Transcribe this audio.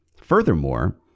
Furthermore